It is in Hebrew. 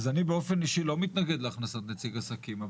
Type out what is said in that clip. אז אני באופן אישי לא מתנגד להכנסת נציג עסקים.